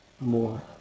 More